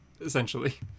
essentially